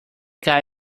guy